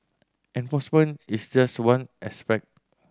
enforcement is just one aspect